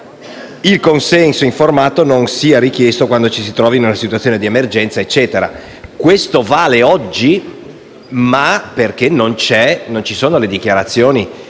il consenso informato non sia richiesto quando ci si trova in una situazione di emergenza. Questo vale oggi, ma perché non ci sono le dichiarazioni